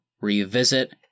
revisit